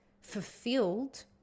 fulfilled